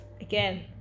again